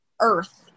Earth